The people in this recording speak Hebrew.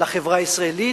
לחברה הישראלית,